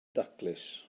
daclus